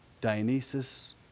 Dionysus